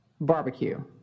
Barbecue